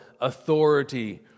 authority